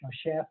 chef